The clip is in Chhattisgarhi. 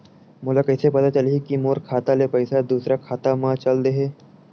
मोला कइसे पता चलही कि मोर खाता ले पईसा दूसरा खाता मा चल देहे?